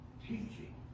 teaching